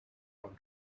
own